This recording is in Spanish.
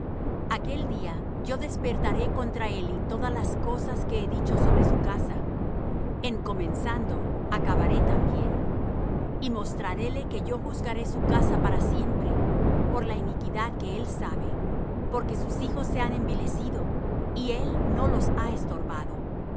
aquel día yo despertaré contra eli todas las cosas que he dicho sobre su casa en comenzando acabaré también y mostraréle que yo juzgaré su casa para siempre por la iniquidad que él sabe porque sus hijos se han envilecido y él no los ha estorbado